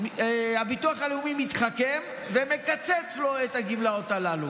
הביטוח הלאומי מתחכם ומקצץ לו את הגמלאות הללו.